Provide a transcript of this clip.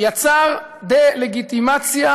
יצר דה-לגיטימציה